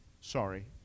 sorry